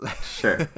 Sure